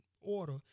order